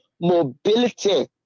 mobility